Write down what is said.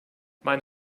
mein